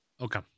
okay